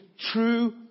true